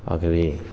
ஆகவே